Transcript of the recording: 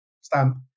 stamp